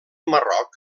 marroc